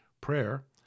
prayer